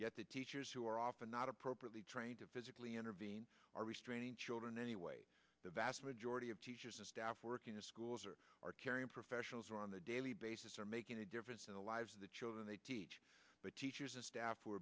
yet the teachers who are often not appropriately trained to physically intervene are restraining children anyway the vast majority of teachers and staff work in the schools or are caring professionals on the daily basis are making a difference in the lives of the children they teach but teachers and staff were